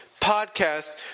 podcast